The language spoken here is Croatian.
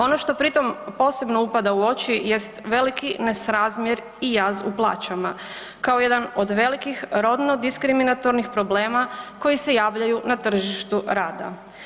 Ono što pri tom posebno upada u oči jest veliki nesrazmjer i jaz u plaćama kao jedan od velikih rodno diskriminatornih problema koji se javljaju na tržištu rada.